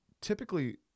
typically